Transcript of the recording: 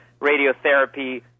radiotherapy